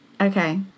Okay